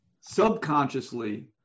Subconsciously